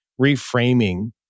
reframing